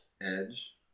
Edge